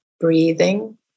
breathing